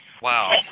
Wow